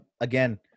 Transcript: again